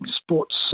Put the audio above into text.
sports